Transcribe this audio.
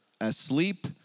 asleep